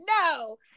no